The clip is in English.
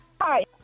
Hi